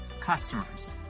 customers